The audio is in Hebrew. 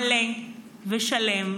מלא ושלם.